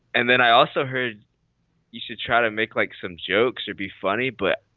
and then i also heard you should try to make like some jokes or be funny but